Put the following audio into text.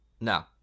No